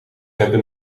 hebben